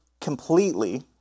completely